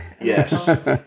Yes